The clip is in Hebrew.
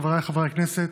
חבריי חברי הכנסת,